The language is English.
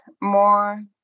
more